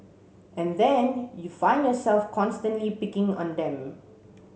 and then you find yourself constantly picking on them